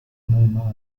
pneumatik